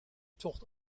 tocht